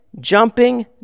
jumping